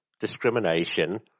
discrimination